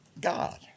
God